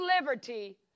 liberty